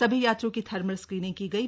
सभी यात्रियों की थर्मल स्क्रीनिंग की गयी